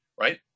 right